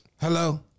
Hello